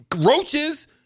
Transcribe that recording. roaches